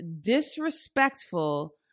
disrespectful